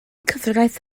cyfraith